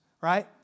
right